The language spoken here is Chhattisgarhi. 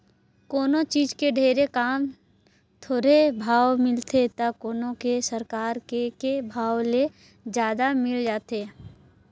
कोनों चीज के ढेरे काम, थोरहें भाव मिलथे त कोनो के सरकार के के भाव ले जादा मिल जाथे